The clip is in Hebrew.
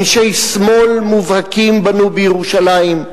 אנשי שמאל מובהקים בנו בירושלים.